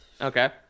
Okay